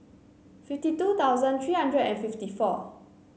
fifty two thousand three hundred and fifty four